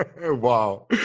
Wow